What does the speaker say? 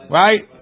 right